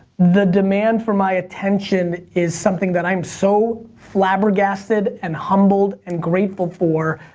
the demand for my attention is something that i'm so flabbergasted and humbled and grateful for,